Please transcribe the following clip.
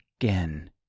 again